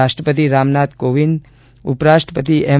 રાષ્ટ્રપતિ રામનાથ કોવિંદ ઉપરાષ્ટ્રપતિ એમ